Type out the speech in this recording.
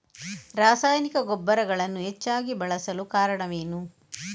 ರಾಸಾಯನಿಕ ಗೊಬ್ಬರಗಳನ್ನು ಹೆಚ್ಚಾಗಿ ಬಳಸಲು ಕಾರಣವೇನು?